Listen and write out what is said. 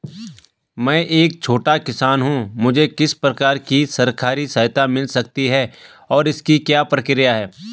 मैं एक छोटा किसान हूँ मुझे किस प्रकार की सरकारी सहायता मिल सकती है और इसकी क्या प्रक्रिया है?